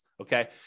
Okay